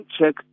check